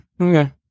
Okay